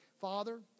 Father